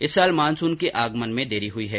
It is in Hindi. इस साल मानसून के आगमन में देरी हुई है